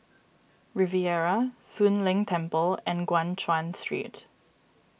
Riviera Soon Leng Temple and Guan Chuan Street